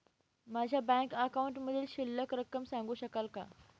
माझ्या बँक अकाउंटमधील शिल्लक रक्कम सांगू शकाल का?